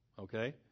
okay